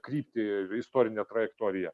kryptį istorinę trajektoriją